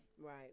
right